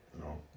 No